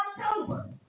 October